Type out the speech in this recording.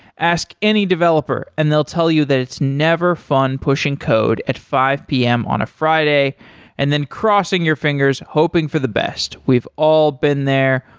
ask any developer and they'll tell you that it's never fun pushing code at five p m. on a friday and then crossing your fingers hoping for the best. we've all been there.